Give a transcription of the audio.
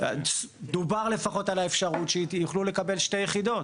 דובר על האפשרות שיוכלו לקבל שתי דירות